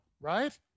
right